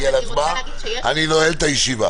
אני נועל את הישיבה.